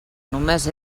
només